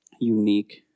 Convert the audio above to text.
unique